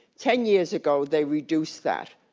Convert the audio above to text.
ten years ago they reduced that.